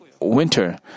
winter